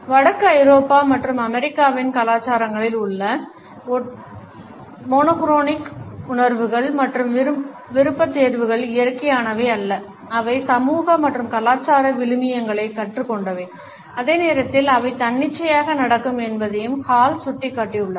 வடக்கு ஐரோப்பா மற்றும் அமெரிக்காவின் கலாச்சாரங்களில் உள்ள ஒற்றை நிற உணர்வுகள் மற்றும் விருப்பத்தேர்வுகள் இயற்கையானவை அல்ல அவை சமூக மற்றும் கலாச்சார விழுமியங்களைக் கற்றுக் கொண்டவை அதே நேரத்தில் அவை தன்னிச்சையாக நடக்கும் என்பதையும் ஹால் சுட்டிக்காட்டியுள்ளார்